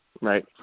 Right